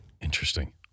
Interesting